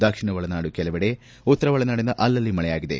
ದಕ್ಷಿಣ ಒಳನಾಡು ಕೆಲಕಡೆ ಉತ್ತರ ಒಳನಾಡಿನ ಅಲ್ಲಲ್ಲಿ ಮಳೆಯಾಗಿದೆ